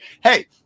hey